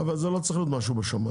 אבל זה לא צריך להיות משהו בשמים.